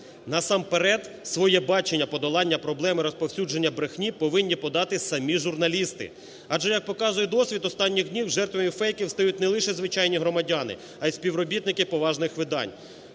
Насамперед своє бачення подолання проблеми розповсюдження брехні повинні подати самі журналісти. Адже, як показує досвід останніх днів, жертвами фейків стають не лише звичайні громадяни, а і співробітники поважних видань.